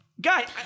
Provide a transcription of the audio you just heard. Guy